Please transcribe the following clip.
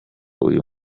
uyu